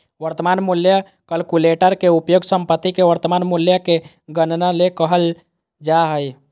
वर्तमान मूल्य कलकुलेटर के उपयोग संपत्ति के वर्तमान मूल्य के गणना ले कइल जा हइ